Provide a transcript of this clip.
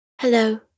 Hello